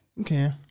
Okay